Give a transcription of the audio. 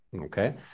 okay